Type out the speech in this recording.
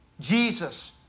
Jesus